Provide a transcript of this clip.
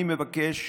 אני מבקש